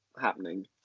happening